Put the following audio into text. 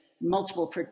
multiple